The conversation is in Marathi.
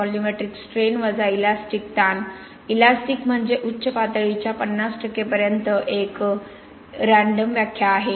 व्हॉल्यूमेट्रिक स्ट्रेन वजा इलॅस्टिक ताण इलॅस्टिक म्हणजे उच्च पातळी च्या 50 पर्यंत एक यादृच्छिक व्याख्या आहे